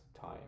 time